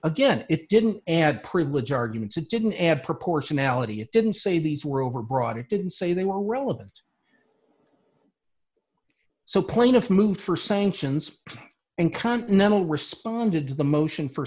again it didn't add privilege arguments it didn't add proportionality it didn't say these were overbroad it didn't say they were relevant so plaintiff moved for sanctions and continental responded to the motion for